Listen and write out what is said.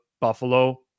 Buffalo